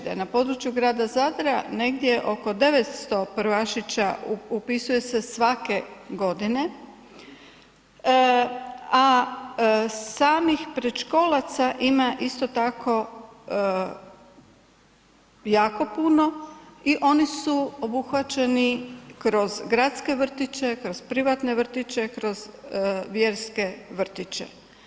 Da je na području grada Zadra negdje oko 900 prvašića upisuje se svake godine a samih predškolaca ima isto tako jako puno i oni su obuhvaćeni kroz gradske vrtiće, kroz privatne vrtiće, kroz vjerske vrtiće.